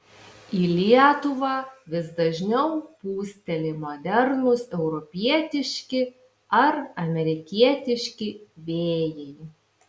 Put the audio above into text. į lietuvą vis dažniau pūsteli modernūs europietiški ar amerikietiški vėjai